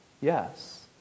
Yes